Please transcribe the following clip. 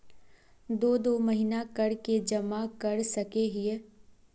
दो दो महीना कर के जमा कर सके हिये?